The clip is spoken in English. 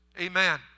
amen